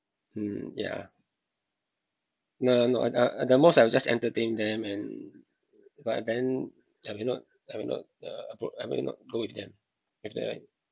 mm yeah no no no uh the most I will just entertain them and but then I may not I will not uh appr~ I may not go with them with their